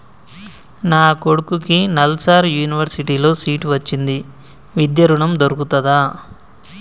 నా కొడుకుకి నల్సార్ యూనివర్సిటీ ల సీట్ వచ్చింది విద్య ఋణం దొర్కుతదా?